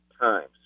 times